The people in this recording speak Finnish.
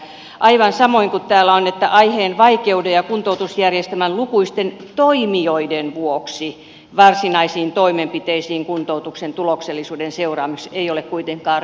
aivan samoin täällä on että aiheen vaikeuden ja kuntoutusjärjestelmän lukuisten toimijoiden vuoksi varsinaisiin toimenpiteisiin kuntoutuksen tuloksellisuuden seuraamiseksi ei ole kuitenkaan ryhdytty